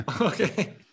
Okay